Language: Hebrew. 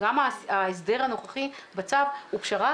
גם ההסדר הנוכחי בצו הוא פשרה,